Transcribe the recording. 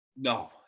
No